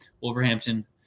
Wolverhampton